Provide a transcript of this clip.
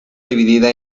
dividida